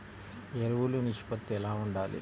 ఎరువులు నిష్పత్తి ఎలా ఉండాలి?